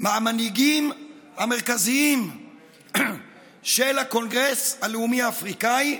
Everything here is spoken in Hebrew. מהמנהיגים המרכזיים של הקונגרס הלאומי האפריקאי,